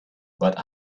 but